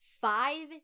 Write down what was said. Five